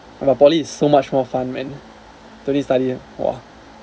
!wah! but poly is so much more fun man don't need study ah !wah!